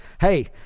Hey